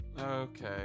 okay